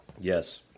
Yes